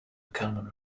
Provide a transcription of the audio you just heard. common